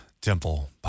Temple